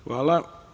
Hvala.